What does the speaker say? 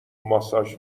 ماساژ